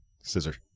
Scissor